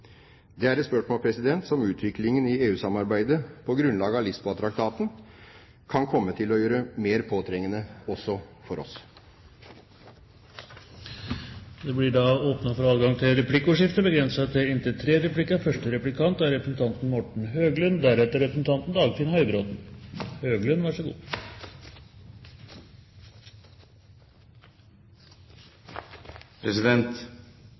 Det er et spørsmål som utviklingen i EU-samarbeidet, på grunnlag av Lisboa-traktaten, kan komme til å gjøre mer påtrengende, også for oss. Det blir åpnet for replikkordskifte. De tre regjeringspartienes tilnærming til EU og EØS er ulik, og det er